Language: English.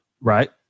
Right